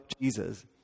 Jesus